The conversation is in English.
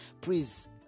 please